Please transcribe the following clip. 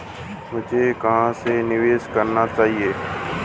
मुझे कहां निवेश करना चाहिए?